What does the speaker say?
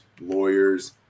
lawyers